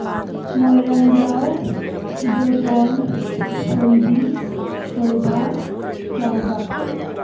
ꯃꯣꯏꯔꯥꯡꯖꯥꯎ ꯏꯕꯦꯇꯣꯟ ꯊꯣꯏꯕꯤ ꯊꯣꯏꯕ ꯆꯥꯎꯕ